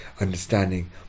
understanding